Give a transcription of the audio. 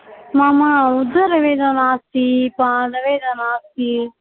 मम उदरवेदना अस्ति पादवेदना अस्ति